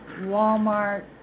Walmart